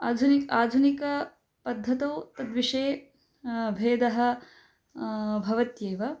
आधुनिकम् आधुनिकपद्धतौ तद्विषये भेदः भवत्येव